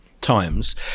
times